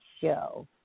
Show